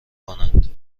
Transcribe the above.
کنند